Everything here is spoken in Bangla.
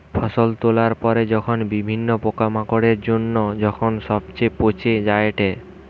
ফসল তোলার পরে যখন বিভিন্ন পোকামাকড়ের জন্য যখন সবচে পচে যায়েটে